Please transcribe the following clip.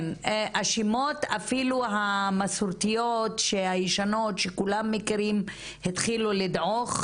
השמות אפילו המסורתיים הישנים שכולם מכירים התחילו לדעוך,